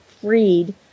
Freed